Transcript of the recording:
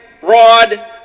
broad